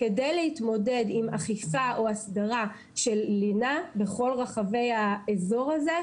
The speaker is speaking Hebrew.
כדי להתמודד עם אכיפה או הסדרה של לינה בכל רחבי האזור הזה,